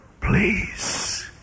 please